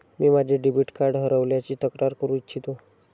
मी माझे debit card हरवल्याची तक्रार करू इच्छितो